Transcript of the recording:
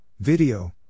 Video